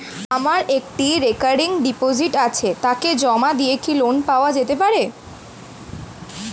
আমার একটি recurring deposit আছে তাকে জমা দিয়ে কি লোন পাওয়া যেতে পারে?